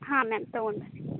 ಹಾಂ ಮ್ಯಾಮ್ ತೊಗೊಂಡು ಬನ್ನಿ